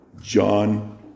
John